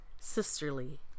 sisterly